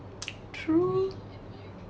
true